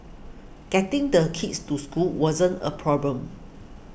getting the kids to school wasn't a problem